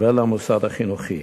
ולמוסד החינוכי,